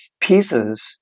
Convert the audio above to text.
pieces